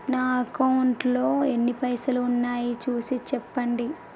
నా అకౌంట్లో ఎన్ని పైసలు ఉన్నాయి చూసి చెప్పండి?